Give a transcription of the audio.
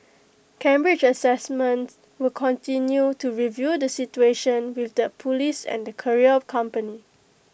Cambridge Assessment will continue to review the situation with the Police and the courier company